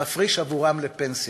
מפריש עבורם לפנסיה,